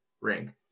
ring